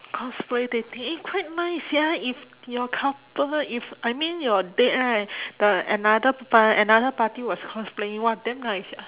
cosplay dating eh quite nice sia if your couple if I mean your date right the another par~ another party was cosplaying !wah! damn nice sia